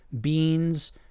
beans